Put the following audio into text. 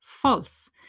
false